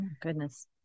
Goodness